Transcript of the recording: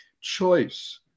Choice